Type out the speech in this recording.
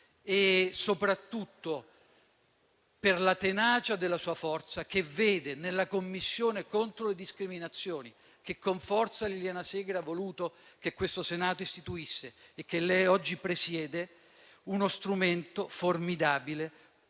e soprattutto per la tenacia della sua forza, che vede nella Commissione contro le discriminazioni, che con determinazione Liliana Segre ha voluto che questo Senato istituisse e che lei oggi presiede, uno strumento formidabile